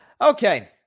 Okay